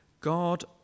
God